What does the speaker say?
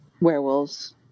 werewolves